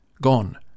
Gone